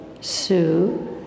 Sue